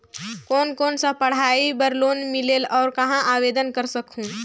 कोन कोन सा पढ़ाई बर लोन मिलेल और कहाँ आवेदन कर सकहुं?